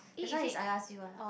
this one is I ask you ah